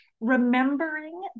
remembering